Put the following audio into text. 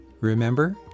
Remember